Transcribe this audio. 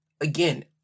again